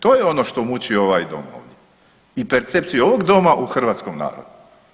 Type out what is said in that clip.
To je ono što muči ovaj Dom ovdje i percepciju ovog Doma u hrvatskom narodu.